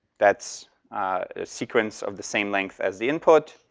that's a sequence of the same length as the input.